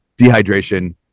dehydration